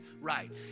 Right